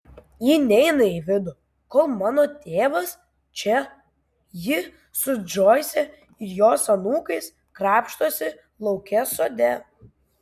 ji neina į vidų kol mano tėvas čia ji su džoise ir jos anūkais krapštosi lauke sode